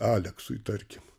aleksui tarkim